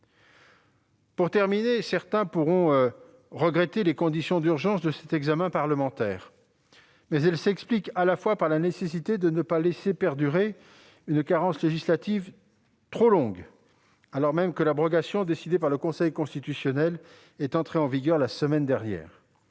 administratif. Certains pourront regretter les conditions d'urgence de cet examen parlementaire, mais elles s'expliquent à la fois par la nécessité de ne pas laisser perdurer une carence législative trop longtemps, alors même que l'abrogation décidée par le Conseil constitutionnel est entrée en vigueur la semaine dernière,